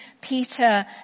Peter